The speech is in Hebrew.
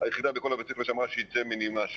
היחידה בכל בית הספר שאמרה שייצא ממני משהו.